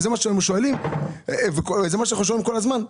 ואת זה אנחנו שומעים כל הזמן,